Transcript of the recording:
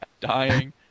dying